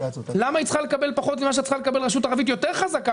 למה היא צריכה לקבל פחות ממה שמקבלת רשות ערבית יותר חזקה